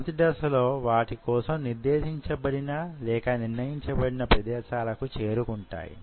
మొదటి దశలో వాటి కోసం నిర్దేశించబడిన లేక నిర్ణయించబడిన ప్రదేశాలకు చేరుకుంటాయి